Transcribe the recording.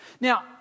Now